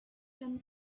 can